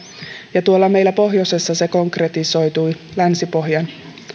ja tuolla meillä pohjoisessa se konkretisoitui länsipohjan